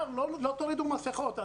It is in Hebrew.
שלא תורידו מסכות,